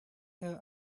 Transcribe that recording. their